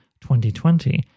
2020